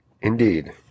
Indeed